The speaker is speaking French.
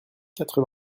quatre